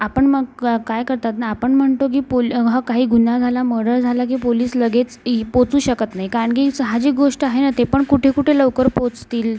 आपण मग क काय करतात ना आपण म्हणतो की पोल् हा काही गुन्हा झाला मर्डर झाला की पोलीस लगेच इ पोचू शकत नाही कारण की साहजिक गोष्ट आहे ना ते पण कुठे कुठे लवकर पोचतील